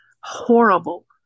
horrible